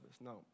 No